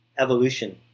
evolution